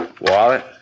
wallet